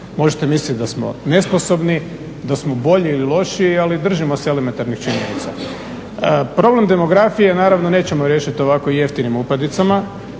Možete misliti da smo nesposobni, da smo bolji ili lošiji ali držimo se elementarnih činjenica. Problem demografije naravno nećemo riješiti ovako jeftinim upadicama.